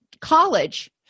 college